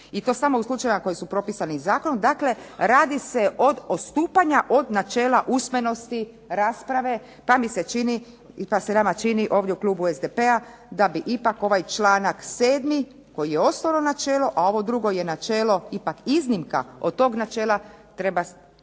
i to samo u slučajevima koji su propisani zakonom. Dakle, radi se od odstupanja od načela usmenosti rasprave pa se nama čini ovdje u klubu SDP-a da bi ipak ovaj članak 7. koji je osnovno načelo a ovo drugo je načelo ipak iznimka, od tog načela treba